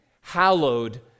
hallowed